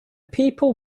people